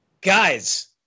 Guys